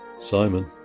Simon